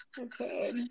Okay